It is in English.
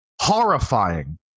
horrifying